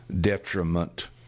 detriment